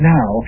Now